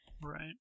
Right